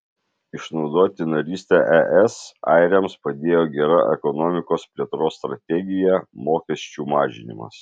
išnaudoti narystę es airiams padėjo gera ekonomikos plėtros strategija mokesčių mažinimas